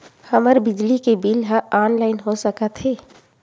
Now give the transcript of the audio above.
हमर बिजली के बिल ह ऑनलाइन हो सकत हे?